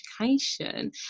education